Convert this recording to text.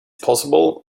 possible